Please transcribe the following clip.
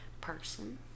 person